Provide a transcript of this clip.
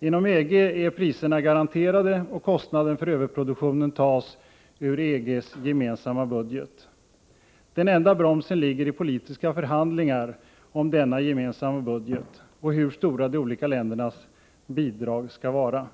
Inom EG är priserna garanterade, och kostnaden för överproduktionen tas ur EG:s gemensamma budget. Den enda bromsen ligger i politiska förhandlingar om denna gemensamma budget och om hur stora de olika ländernas bidrag skall vara.